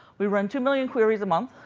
we run two million queries a month.